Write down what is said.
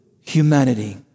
humanity